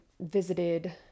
visited